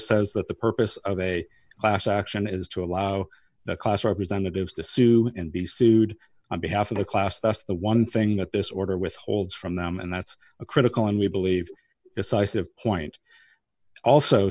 says that the purpose of a class action is to allow the class representatives to sue and be sued on behalf of a class that's the one thing that this order withholds from them and that's a critical and we believe decisive point also